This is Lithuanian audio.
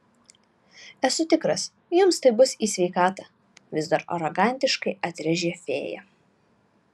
esu tikras jums tai bus į sveikatą vis dar arogantiškai atrėžė fėja